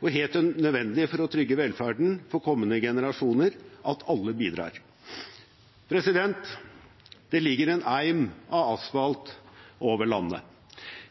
og helt nødvendig for å trygge velferden for kommende generasjoner at alle bidrar. Det ligger en eim av asfalt over landet.